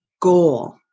goal